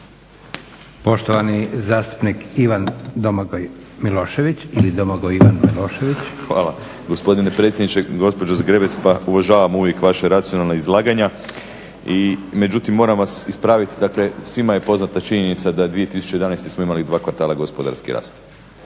Poštovani zastupnik Ivan Domagoj Milošević. **Milošević, Domagoj Ivan (HDZ)** Hvala gospodine predsjedniče. Gospođo Zgrebec pa uvažavam uvijek vaša racionalna izlaganja, međutim moram vas ispraviti. Dakle svima je poznata činjenica da 2011. smo imali dva kvartala gospodarski rast.